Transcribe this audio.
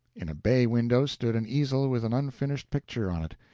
in a bay-window stood an easel with an unfinished picture on it,